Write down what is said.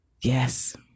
Yes